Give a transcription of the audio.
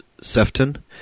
Sefton